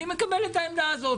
אני מקבל את העמדה הזאת